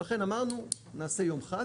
ולכן אמרנו אנחנו נעשה יום אחד,